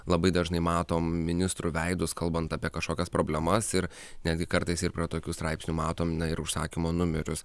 labai dažnai matom ministrų veidus kalbant apie kažkokias problemas ir netgi kartais ir pro tokių straipsnių matom ir užsakymo numerius